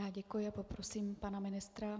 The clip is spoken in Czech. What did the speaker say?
Já děkuji a poprosím pana ministra.